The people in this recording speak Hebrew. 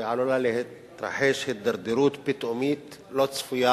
ועלולה להתרחש הידרדרות פתאומית לא צפויה